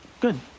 Good